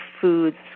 foods